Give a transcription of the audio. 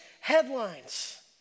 headlines